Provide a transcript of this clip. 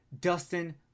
Dustin